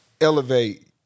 elevate